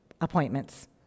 appointments